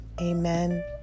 Amen